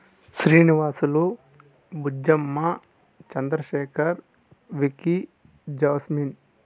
Srinivasulu Bujjamma Chandrashekar Vicky jasmine